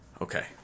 Okay